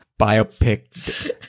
biopic